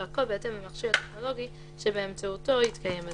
והכל בהתאם למכשיר הטכנולוגי שבאמצעותו יתקיים הדיון.